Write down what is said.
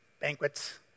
banquets